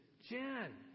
Jen